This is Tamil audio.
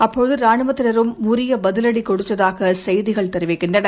அப்போது ராணுவத்தினரும் உரிய பதிலடி கொடுத்ததாக செய்திகள் தெரிவிக்கின்றன